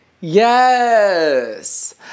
Yes